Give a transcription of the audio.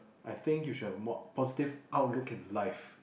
I think you should have more positive outlook in life